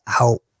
out